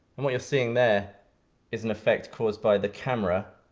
and what you're seeing there is an effect caused by the camera,